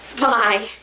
Bye